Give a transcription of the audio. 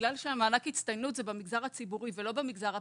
בגלל שמענק הצטיינות הוא במגזר הציבורי ולא במגזר הפרטי,